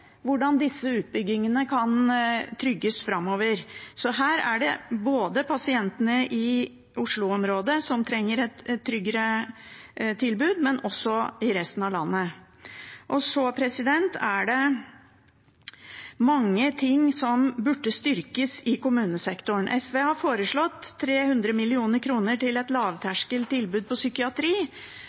hvordan disse utbyggingene kan trygges framover. Så her er det både pasientene i Oslo-området som trenger et tryggere tilbud, og også pasientene i resten av landet. Det er mange ting som burde styrkes i kommunesektoren. SV har foreslått 300 mill. kr til et lavterskeltilbud innen psykiatri